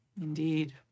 Indeed